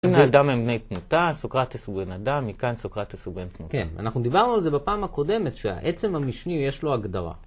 בני אדם הם בני תמותה, סוקרטס הוא בן אדם, מכאן סוקרטס הוא בן תמותה. כן, אנחנו דיברנו על זה בפעם הקודמת שהעצם המשני יש לו הגדרה.